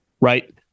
right